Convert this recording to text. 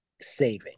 saving